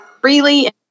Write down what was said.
freely